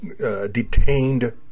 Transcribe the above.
detained